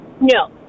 No